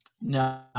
No